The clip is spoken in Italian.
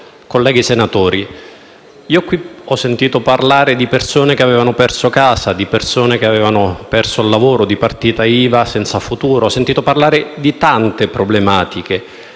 colleghi senatori, qui ho sentito parlare di persone che hanno perso casa, di persone che hanno perso il lavoro, di partite IVA senza futuro. Ho sentito parlare di tante problematiche